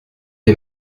des